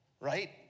right